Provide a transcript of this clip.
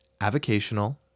avocational